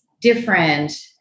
different